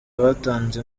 batanze